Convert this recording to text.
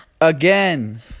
again